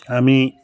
আমি